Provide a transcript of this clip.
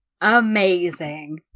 Amazing